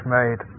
made